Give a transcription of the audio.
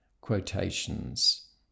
quotations